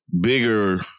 bigger